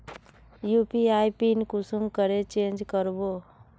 UPI PIN कुंसम करे change करबो?